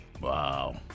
Wow